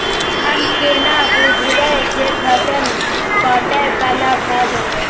हम केना बुझब जे फसल काटय बला भ गेल?